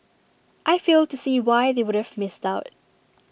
I fail to see why they would have missed out